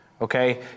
okay